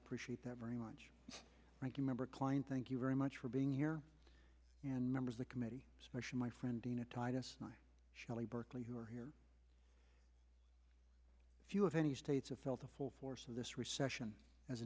appreciate that very much thank you member kline thank you very much for being here and members the committee especially my friend dina titus knight shelley berkley who are here do you have any states of felt the full force of this recession as